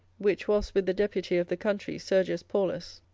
which was with the deputy of the country, sergius paulus,